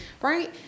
right